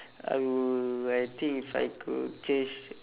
I would I think if I could change